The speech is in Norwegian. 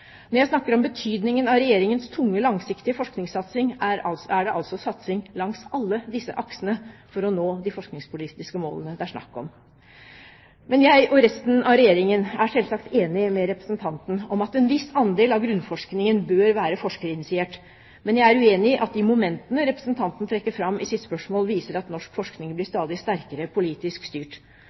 Når jeg snakker om betydningen av Regjeringens tunge, langsiktige forskningssatsing, er det altså satsing langs alle disse aksene for å nå de forskningspolitiske målene det er snakk om. Jeg og resten av Regjeringen er selvsagt enig med representanten i at en viss andel av grunnforskningen bør være forskerinitiert, men jeg er uenig i at de momentene representanten trekker fram i sitt spørsmål, viser at norsk forskning blir stadig sterkere politisk styrt.